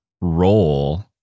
role